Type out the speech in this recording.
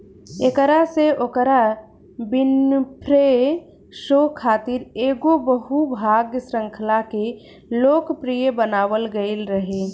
एकरा से Oprah Winfrey show खातिर एगो बहु भाग श्रृंखला के लोकप्रिय बनावल गईल रहे